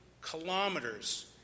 kilometers